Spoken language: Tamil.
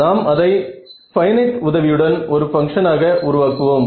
நாம் அதை பைனட் உதவியுடன் ஒரு பங்ஷனாக உருவாக்குவோம்